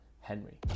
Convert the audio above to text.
Henry